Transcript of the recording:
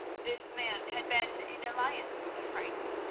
this man had been in alliance with the franks,